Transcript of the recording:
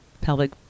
pelvic